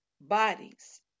bodies